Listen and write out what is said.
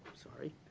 sorry,